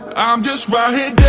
i'm just right here